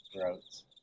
throats